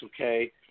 okay